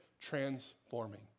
transforming